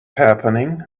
happening